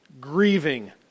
Grieving